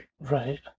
Right